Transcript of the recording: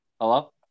Hello